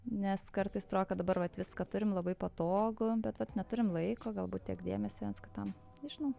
nes kartais atrodo kad dabar vat viską turim labai patogu bet vat neturim laiko galbūt tiek dėmesio tam nežinau